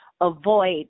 avoid